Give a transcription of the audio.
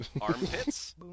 Armpits